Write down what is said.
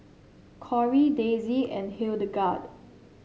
Kory Daisy and Hildegarde